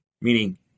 meaning